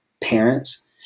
parents